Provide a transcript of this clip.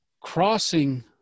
crossing